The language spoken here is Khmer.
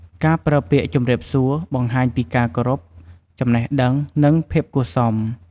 ការប្រើពាក្យ "ជម្រាបសួរ" បង្ហាញពីការគោរព ចំណេះដឹង និង ភាពគួរសម។